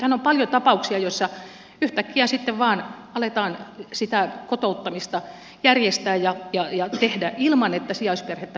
nythän on paljon tapauksia joissa yhtäkkiä vain aletaan sitä kotouttamista järjestää ja tehdä ilman että sijaisperhettä kuullaan